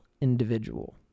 individual